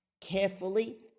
carefully